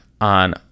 on